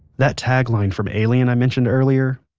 that tagline from alien i mentioned earlier,